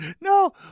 No